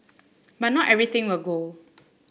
but not everything will go